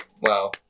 Wow